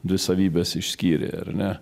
dvi savybes išskyrė ar ne